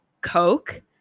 Coke